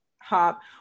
hop